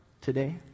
today